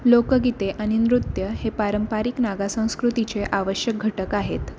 लोकगीते आणि नृत्य हे पारंपरिक नागा संकृतीचे आवश्यक घटक आहेत